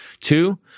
Two